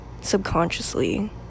subconsciously